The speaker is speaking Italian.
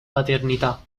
paternità